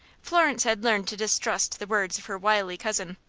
florence had learned to distrust the words of her wily cousin.